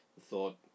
Thought